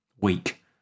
weak